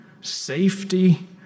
safety